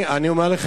אני אומר לך,